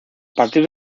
partir